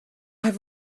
have